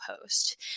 post